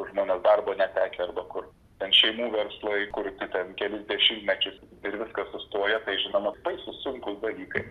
žmonės darbo netekę arba kur ten šeimų verslai kur ten kelis dešimtmečius ir viskas sustoja tai žinoma baisūs sunkūs dalykai